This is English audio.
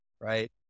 right